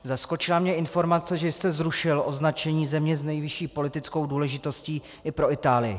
Zaskočila mě informace, že jste zrušil označení země s nejvyšší politickou důležitostí i pro Itálii.